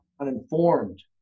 uninformed